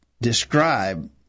describe